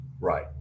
Right